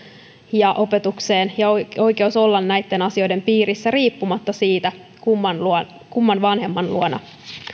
ja opetukseen ja oikeus olla näitten asioiden piirissä riippumatta siitä kumman vanhemman luona